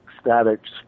statics